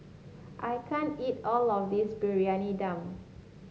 I can't eat all of this Briyani Dum